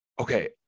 okay